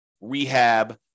rehab